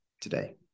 today